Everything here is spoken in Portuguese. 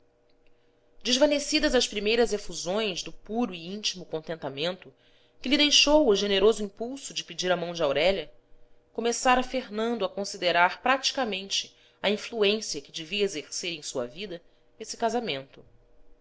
desvanecidas as primeiras efusões do puro e íntimo contentamento que lhe deixou o generoso impulso de pedir a mão de aurélia começara fernando a considerar praticamente a influên cia que devia exercer em sua vida esse casamento